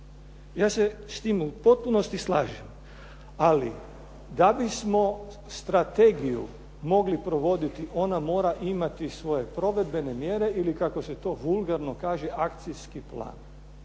Ja se s tim u potpunosti slažem. Ali da bismo strategiju mogli provoditi ona mora imati svoje provedbene mjere ili kako se to vulgarno kaže akcijski plan.